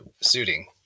Suiting